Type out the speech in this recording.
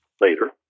later